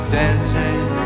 dancing